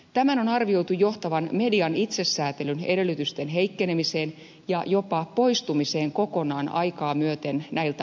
tämän on arvioitu johtavan median itsesäätelyn edellytysten heikkenemiseen ja jopa poistumiseen kokonaan aikaa myöten näiltä osin